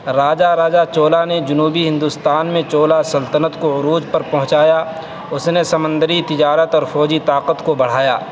راجہ راجہ چولا نے جنوبی ہندوستان میں چولا سلطنت کو عروج پر پہنچایا اس نے سمندری تجارت اور فوجی طاقت کو بڑھایا